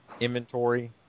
Inventory